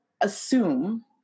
assume